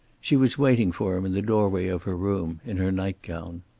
she was waiting for him in the doorway of her room, in her nightgown.